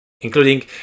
including